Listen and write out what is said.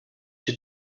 had